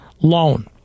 loan